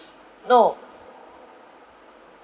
no